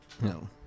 no